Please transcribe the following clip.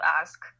ask